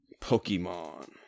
Pokemon